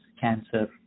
cancer